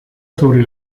sobre